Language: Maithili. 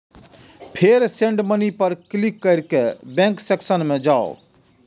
फेर सेंड मनी पर क्लिक कैर के बैंक सेक्शन मे जाउ